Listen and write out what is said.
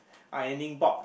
ironing board